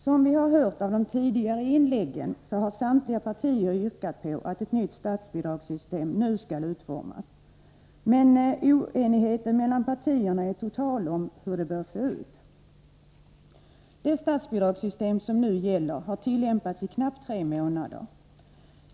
Som vi hört av de tidigare inläggen har samtliga partier yrkat på att ett nytt statsbidragssystem skall utformas. Men oenigheten mellan partierna är total om hur det bör se ut. Det statsbidragssystem som nu gäller har tillämpats i knappt tre månader.